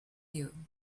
you